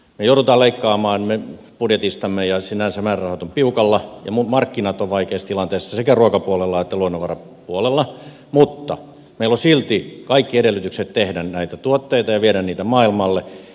me joudumme leikkaamaan budjetistamme ja sinänsä määrärahat ovat piukalla ja markkinat ovat vaikeassa tilanteessa sekä ruokapuolella että luonnonvarapuolella mutta meillä on silti kaikki edellytykset tehdä näitä tuotteita ja viedä niitä maailmalle